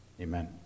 Amen